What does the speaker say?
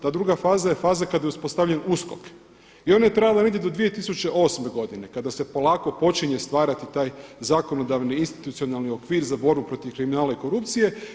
Ta druga faza je faza kada je uspostavljen USKOK i ona je trajala negdje do 2008. godine kada se polako počinje stvarati taj zakonodavni i institucionalni okvir za borbu protiv kriminala i korupcije.